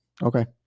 Okay